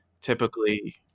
typically